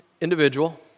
individual